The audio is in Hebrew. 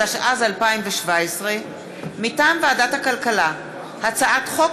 התשע"ז 2017. מטעם ועדת הכלכלה: הצעת חוק